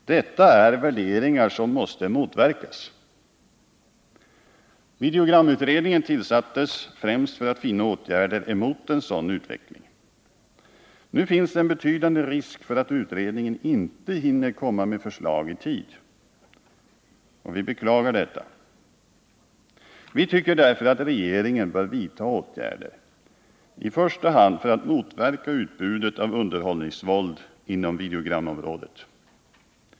Detta är värderingar som måste motverkas. Videogramutredningen tillsattes främst för att finna åtgärder mot en sådan utveckling. Nu finns det en betydande risk för att utredningen inte hinner komma med förslag i tid. Vi beklagar detta. Vi tycker därför att regeringen bör vidta åtgärder för att i första hand motverka utbudet av underhållningsvåld inom videogrammarknaden.